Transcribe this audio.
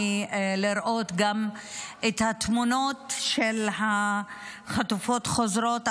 לראות את התמונות של החטופות חוזרות,